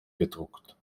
gedruckt